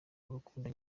urukundo